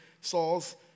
Saul's